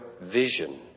vision